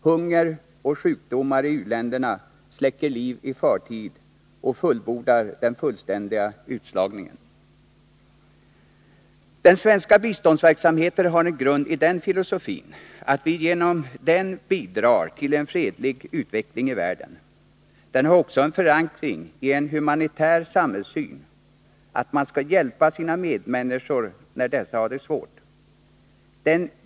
Hunger och sjukdomar i u-länderna släcker liv i förtid och fullbordar den fullständiga utslagningen. Den svenska biståndsverksamheten har en grund i en filosofi genom vilken vi vill bidra till en fredlig utveckling i världen. Den har också en förankring i en humanitär samhällssyn — att man skall hjälpa sina medmänniskor när dessa har det svårt.